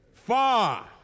Far